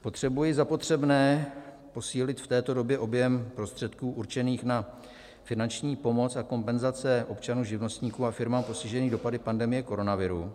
Potřebuji za potřebné posílit v této době objem prostředků určených na finanční pomoc a kompenzace občanů živnostníků a firmám postiženým dopady pandemie koronaviru.